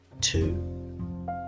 two